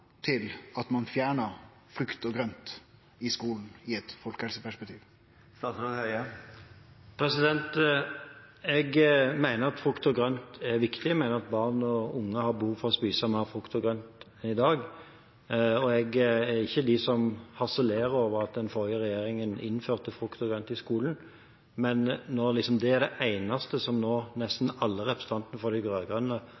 til at ein fjerna frukt- og grønt i? Jeg mener at frukt og grønt er viktig. Jeg mener at barn og unge har behov for å spise mer frukt og grønt enn i dag. Jeg er ikke av dem som harselerer over at den forrige regjeringen innførte frukt og grønt i skolen. Men når det er det eneste som nesten